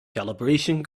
calibration